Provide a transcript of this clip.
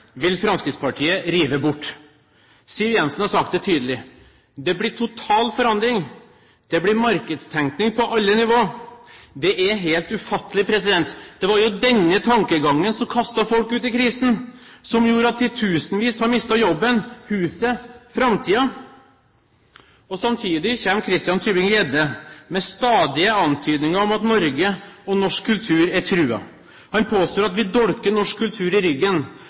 vil Fremskrittspartiet rive bort. Siv Jensen har sagt det tydelig: Det blir total forandring, det blir «markedstenkning på alle nivåer». Det er helt ufattelig. Det var jo denne tankegangen som kastet folk ut i krisen, og som gjorde at titusenvis har mistet jobben, huset, framtiden. Samtidig kommer Christian Tybring-Gjedde med stadige antydninger om at Norge og norsk kultur er truet. Han påstår at vi dolker norsk kultur i ryggen,